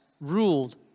ruled